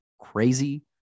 crazy